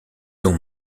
ont